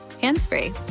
hands-free